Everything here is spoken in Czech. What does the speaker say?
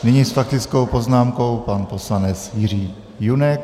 Nyní s faktickou poznámkou pan poslanec Jiří Junek.